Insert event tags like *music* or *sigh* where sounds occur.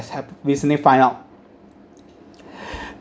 have recently find out *breath*